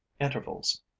intervals